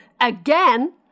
again